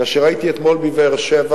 כאשר הייתי אתמול בבאר-שבע,